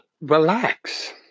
relax